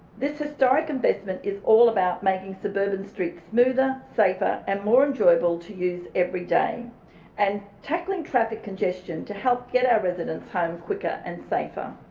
this historic investment is all about making suburban streets smoother, safer and more enjoyable to use every day and tackling traffic congestion to help get our residents home quicker and safer.